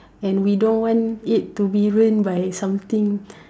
and we don't want it to be ruined by something